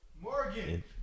Morgan